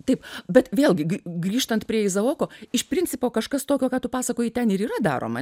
taip bet vėlgi gi grįžtant prie izaoko iš principo kažkas tokio ką tu pasakojai ten ir yra daroma